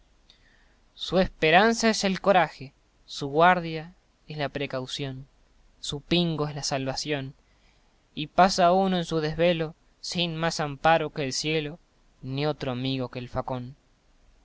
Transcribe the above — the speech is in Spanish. su esperanza es el coraje su guardia es la precaución su pingo es la salvación y pasa uno en su desvelo sin más amparo que el cielo ni otro amigo que el facón